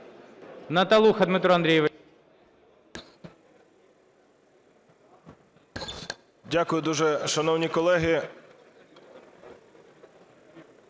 Дякую дуже, шановні колеги.